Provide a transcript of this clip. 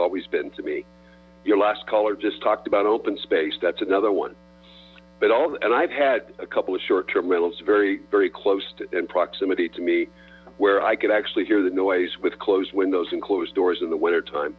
always been to me your last caller just talked about open space that's another one and i've had a couple of short term rentals very very close and proximity to me where i could actually hear the noise with closed windows and closed doors in the wintertime